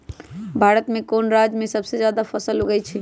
भारत में कौन राज में सबसे जादा फसल उगई छई?